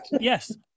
Yes